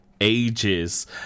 Ages